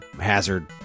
hazard